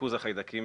ריכוז החיידקים